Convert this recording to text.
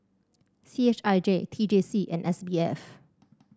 C H I J T J C and S B F